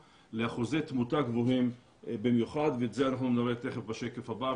לאחוזי תמותה גבוהים במיוחד ואת זה אנחנו נראה תיכף בשקף הבא.